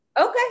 okay